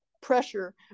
pressure